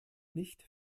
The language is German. nicht